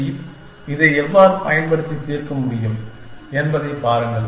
B இதை எவ்வாறு பயன்படுத்தி தீர்க்க முடியும் என்பதைப் பாருங்கள்